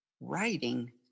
writing